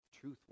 Truth